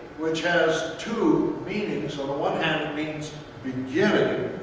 which has two meanings. on the one and means beginning,